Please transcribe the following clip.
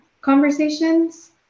conversations